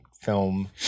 film